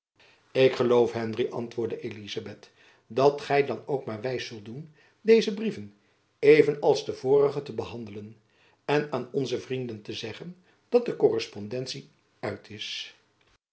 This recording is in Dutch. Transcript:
ik geloof henry antwoordde elizabeth dat gy dan ook maar wijs zult doen deze brieven even als de vorige te behandelen en aan onze vrienden te zeggen dat de korrespondentie uit is